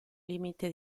limite